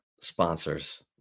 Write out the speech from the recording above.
sponsors